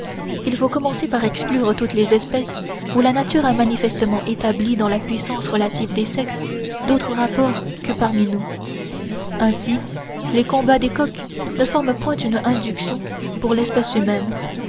il faut commencer par exclure toutes les espèces où la nature a manifestement établi dans la puissance relative des sexes d'autres rapports que parmi nous ainsi les combats des coqs ne forment point une induction pour l'espèce humaine